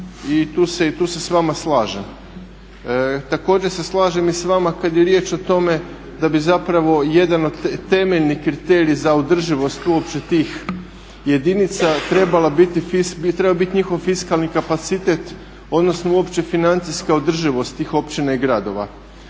i tu se s vama slažem. Također se slažem i s vama kad je riječ o tome da bi zapravo jedan od temeljni kriterij za održivost uopće tih jedinica trebala biti, trebao biti njihov fiskalni kapacitet odnosno uopće financijska održivost tih općina i gradova.